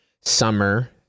summer